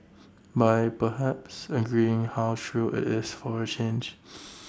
by perhaps agreeing how true IT is for A change